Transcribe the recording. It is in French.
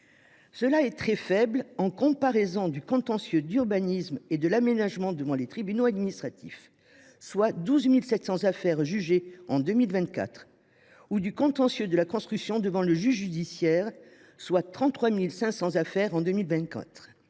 est très faible en comparaison du contentieux de l’urbanisme et de l’aménagement porté devant les tribunaux administratifs – 12 700 affaires jugées en 2024 – ou du contentieux de la construction porté devant le juge judiciaire – 33 500 affaires en 2024.